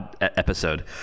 episode